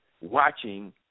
watching